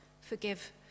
Forgive